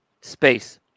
Space